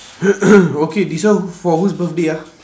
okay this one for whose birthday ah